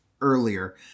earlier